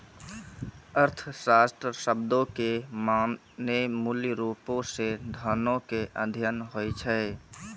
अर्थशास्त्र शब्दो के माने मूलरुपो से धनो के अध्ययन होय छै